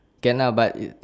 can lah but if